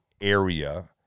area